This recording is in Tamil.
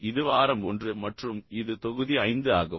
இது வாரம் 1 மற்றும் இது தொகுதி 5 ஆகும்